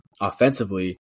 offensively